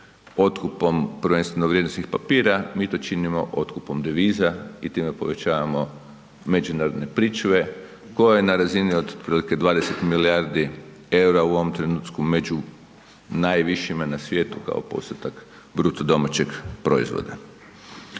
otkupom prvenstveno vrijednosnih papira, mi to činimo otkupom deviza i time povećavamo međunarodne pričuve koje je na razini otprilike 20 milijardi eura u ovom trenutku među najvišima na svijetu kao postotak BDP-a.